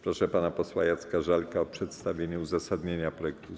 Proszę pana posła Jacka Żalka o przedstawienie uzasadnienia projektu ustawy.